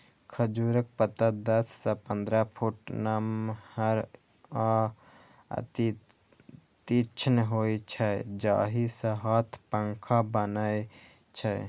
खजूरक पत्ता दस सं पंद्रह फुट नमहर आ अति तीक्ष्ण होइ छै, जाहि सं हाथ पंखा बनै छै